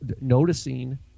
noticing